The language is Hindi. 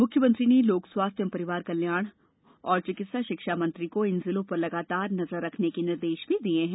मुख्यमंत्री ने लोक स्वास्थ्य परिवार कल्याण मंत्री और चिकित्सा शिक्षा मंत्री को इन जिलों पर लगातार नजर रखने के निर्देश भी दिए हैं